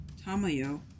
Tamayo